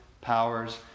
powers